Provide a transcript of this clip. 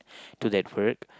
to that work